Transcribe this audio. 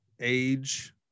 age